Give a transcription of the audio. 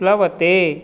प्लवते